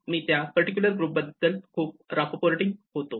मी त्या particular group बद्दल खूप रापपोर्टेउरिंग होतो